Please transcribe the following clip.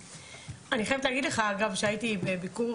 אני חייבת להגיד לך אגב שהייתי בביקור